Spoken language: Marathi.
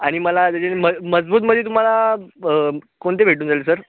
आणि मला त्याच्याने मज मजबूतमध्ये तुम्हाला कोणते भेटून जाईल सर